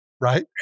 right